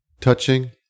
touching